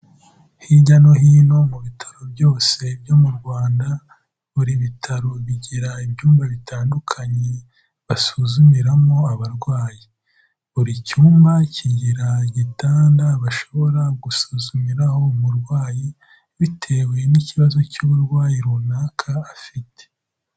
Hirya no hino mu bitaro byose byo mu Rwanda, buri bitaro bigira ibyumba bitandukanye, basuzumiramo abarwayi; buri cyumba kigira igitanda bashobora gusuzumiraho umurwayi, bitewe n'ikibazo cy'uburwayi runaka afite.